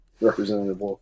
representative